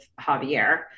Javier